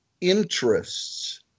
interests